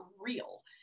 real